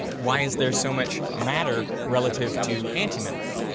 why is there so much matter relative to anti-matter?